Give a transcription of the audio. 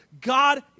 God